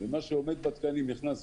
מה שעומד בתקנים, נכנס פנימה.